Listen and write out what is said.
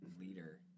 leader